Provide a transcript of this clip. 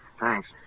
Thanks